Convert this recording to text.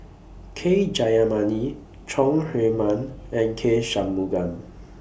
K Jayamani Chong Herman and K Shanmugam